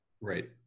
Right